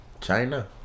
China